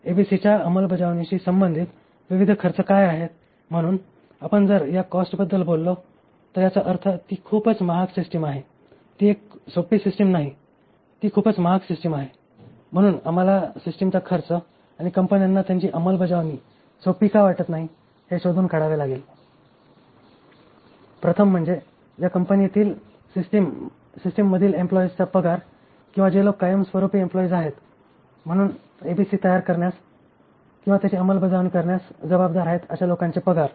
एबीसीच्या अंमलबजावणीशी संबंधित विविध खर्च काय आहेत म्हणून जर आपण या कॉस्ट बद्दल बोललो तर याचा अर्थ ती खूपच महाग सिस्टिम आहे ही एक सोपी सिस्टिम नाही ती खूपच महाग सिस्टिम आहे म्हणून आम्हाला सिस्टीमचा खर्च आणि कंपन्यांना त्याची अंमलबजावणी सोपी का वाटत नाही हे शोधून काढावे लागेल प्रथम म्हणजे या कंपनीतील सिस्टिम मधील एम्प्लॉईजचा पगार किंवा जे लोक कायमस्वरूपी एम्प्लॉईज आहेत म्हणून एबीसी तयार करण्यास किंवा त्याची अंमलबजावणी करण्यास जबाबदार आहेत अशा लोकांचे पगार